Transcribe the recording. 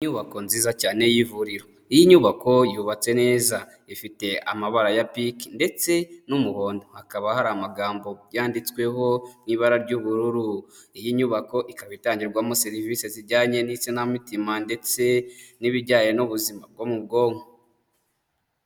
Inyubako nziza cyane y'ivuriro, iyi nyubako yubatse neza, ifite amabara ya pinki ndetse n'umuhondo, hakaba hari amagambo yanditsweho n'ibara ry'ubururu, iyi nyubako ikaba itangirwamo serivisi zijyanye n'isanamitima ndetse n'ibijyanye n'ubuzima bwo mu bwonko.